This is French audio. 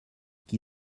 qui